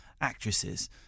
actresses